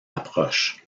approche